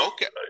Okay